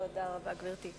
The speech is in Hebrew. תודה רבה, גברתי.